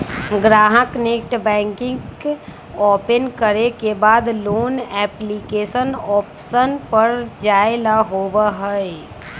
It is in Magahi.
ग्राहक नेटबैंकिंग ओपन करे के बाद लोन एप्लीकेशन ऑप्शन पर जाय ला होबा हई